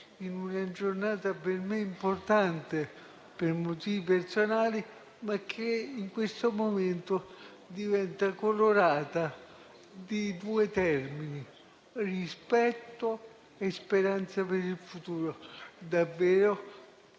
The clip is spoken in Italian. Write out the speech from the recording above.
questa giornata, per me importante per motivi personali, in questo momento diventi colorata di due termini: rispetto e speranza per il futuro.